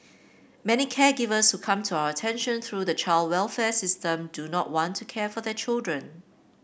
many caregivers who come to our attention through the child welfare system do not want to care for their children